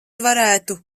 varētu